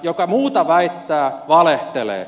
joka muuta väittää valehtelee